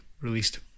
released